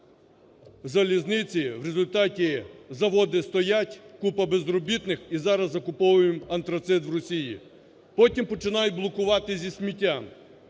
залізниці, в результаті заводи стоять, купа безробітних і зараз закуповуємо антрацит в Росії. Потім починають блокувати зі сміттям.